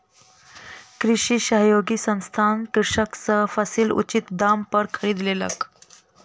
कृषि सहयोगी संस्थान कृषक सॅ फसील उचित दाम पर खरीद लेलक